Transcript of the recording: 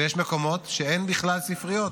ויש מקומות שאין בכלל ספריות.